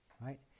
Right